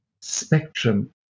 spectrum